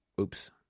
Oops